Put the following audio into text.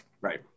Right